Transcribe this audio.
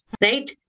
Right